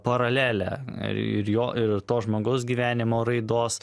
paralelė ir jo ir to žmogaus gyvenimo raidos